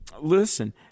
listen